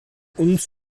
uns